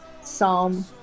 Psalm